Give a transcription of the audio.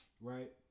right